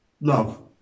Love